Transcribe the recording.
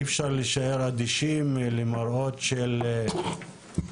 אי אפשר להישאר אדישים למראות של ילדים,